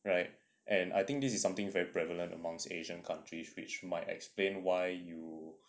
right and I think this is something very prevalent amongst asian countries which might explain why you